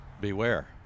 beware